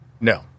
No